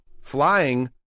Flying